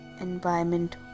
Environment